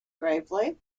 gravely